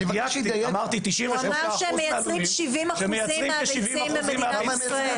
הוא אמר שהם מייצרים 70% מהביצים במדינת ישראל.